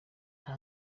nta